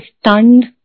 stunned